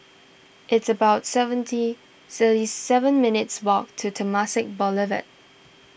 it's about seventy thirty seven minutes' walk to Temasek Boulevard